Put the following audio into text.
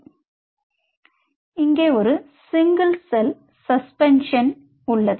இப்போது இங்கே ஒரு சிங்கிள் செல் சஸ்பென்ஷன் உள்ளது